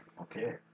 Okay